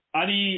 ali